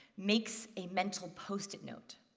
makes a mental post-it note.